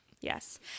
Yes